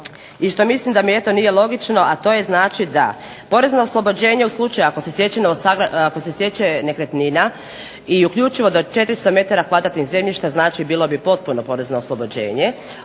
i što mislim da mi eto nije logično, a to je znači da porezno oslobođenje u slučaju ako se stječe nekretnina i uključivo do 400 m kvadratnih zemljišta znači bilo bi potpuno porezno oslobođenje,